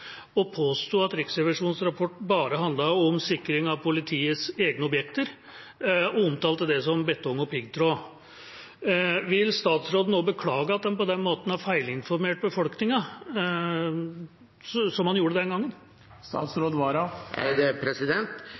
og påsto at Riksrevisjonens rapport bare handlet om sikring av politiets egne objekter, og omtalte det som betong og piggtråd. Vil statsråden nå beklage at han på den måten har feilinformert befolkningen, som han gjorde den